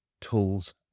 tools